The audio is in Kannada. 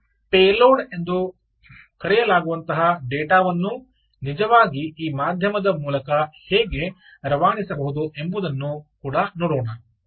ಮತ್ತು ಪೇಲೋಡ್ ಎಂದು ಕರೆಯಲಾಗುವಂತಹ ಡೇಟಾ ವನ್ನು ನಿಜವಾಗಿ ಈ ಮಾಧ್ಯಮದ ಮೂಲಕ ಹೇಗೆ ರವಾನಿಸಬಹುದು ಎಂಬುದನ್ನು ಕೂಡ ನೋಡೋಣ